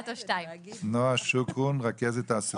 נועה שוקרון, רכזת תעסוקה.